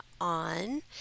on